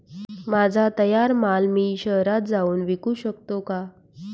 माझा तयार माल मी शहरात जाऊन विकू शकतो का?